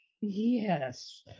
yes